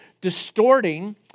distorting